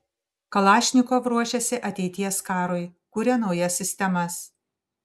kalašnikov ruošiasi ateities karui kuria naujas sistemas